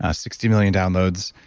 ah sixty million downloads.